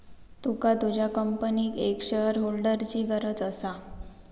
तुका तुझ्या कंपनीक एक शेअरहोल्डरची गरज असा